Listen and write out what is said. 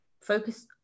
focus